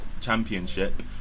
championship